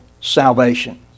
salvation